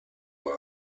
war